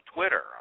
Twitter